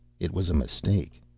it was a mistake.